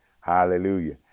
hallelujah